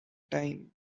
time